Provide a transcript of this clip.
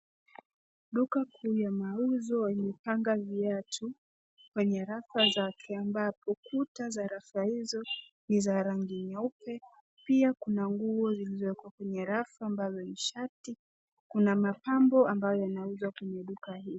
Duka kuu ya mauzo imepanga viatu, kwenye rafa zake ambapo kuta za rafa hizo ni za rangi nyeupe. Pia kuna nguo zilizoekwa kwenye rafa ambazo ni shati. Kuna mapambo ambayo yanauzwa kwenye duka hili.